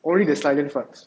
only the silent fart